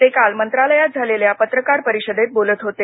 ते काल मंत्रालयात झालेल्या पत्रकार परिषदेत बोलत होते